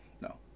No